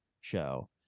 show